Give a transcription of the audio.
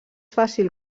fàcil